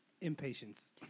Impatience